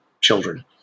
children